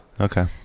Okay